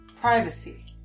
privacy